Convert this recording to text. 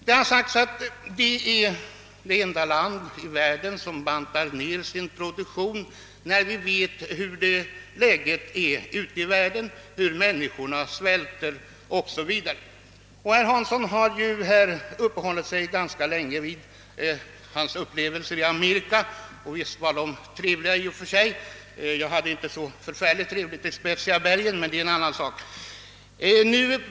Det har sagts, att vi är det enda land 1 världen som bantar ned vår produktion, trots att vi vet hur läget är ute i världen, hur människorna svälter o. s. V. Herr Hansson i Skegrie uppehöll sig ganska länge vid sina upplevelser i Amerika, och visst var de trevliga i och för sig; jag hade inte så förfärligt trevligt i Klippiga bergen, men det är en annan sak.